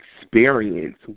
experience